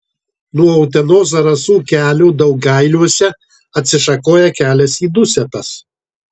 nuo utenos zarasų kelio daugailiuose atsišakoja kelias į dusetas